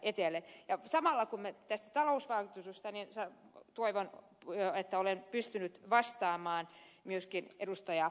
ja samalla kun me puhumme tästä talousvaikutuksesta niin toivon että olen pystynyt vastaamaan myöskin ed